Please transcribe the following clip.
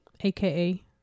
AKA